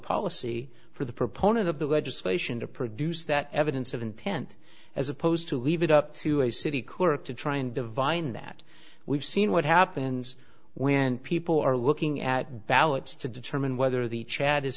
policy for the proponent of the legislation to produce that evidence of intent as opposed to leave it up to a city clerk to try and divine that we've seen what happens when people are looking at ballots to determine whether the chad is